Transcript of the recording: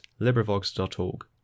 LibriVox.org